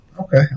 Okay